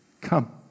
Come